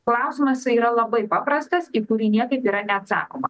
klausimas yra labai paprastas į kurį niekaip yra neatsakoma